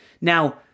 Now